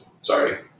sorry